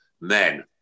Men